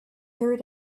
heard